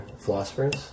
philosophers